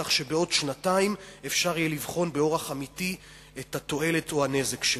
כך שבעוד שנתיים יהיה אפשר לבחון באורח אמיתי את התועלת או הנזק שלו.